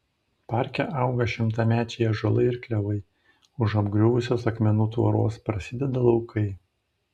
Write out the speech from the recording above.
parke auga šimtamečiai ąžuolai ir klevai už apgriuvusios akmenų tvoros prasideda laukai